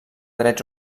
drets